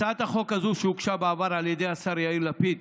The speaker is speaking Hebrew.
הצעת החוק הזו הוגשה בעבר על ידי השר יאיר לפיד